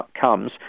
comes